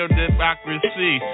democracy